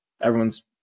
everyone's